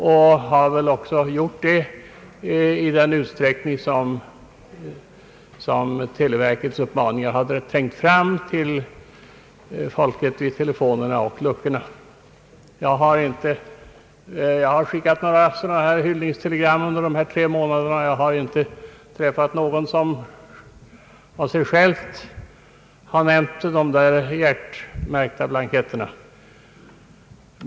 Verket har väl också gjort det, i den mån som verkets uppmaningar har trängt fram till folket vid telefonerna och luckorna. Jag har själv skickat några hyllningstelegram under de tre månader som den nya ordningen har gällt, men jag har inte träffat någon som av sig själv har begärt de hjärtmärkta blanketterna.